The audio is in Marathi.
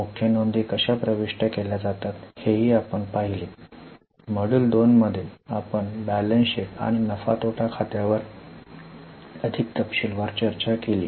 मुख्य नोंदी कशा प्रविष्ट केल्या जातात हे ही आपण पाहिले मॉड्यूल २ मध्ये आपण बैलन्स शीट आणि नफा आणि तोटा खात्यावर अधिक तपशीलवार चर्चा केली